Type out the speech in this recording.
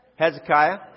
Hezekiah